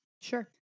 Sure